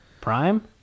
prime